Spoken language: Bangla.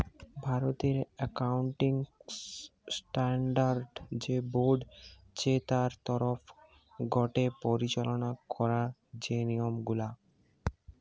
ভারতের একাউন্টিং স্ট্যান্ডার্ড যে বোর্ড চে তার তরফ গটে পরিচালনা করা যে নিয়ম গুলা